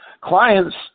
Clients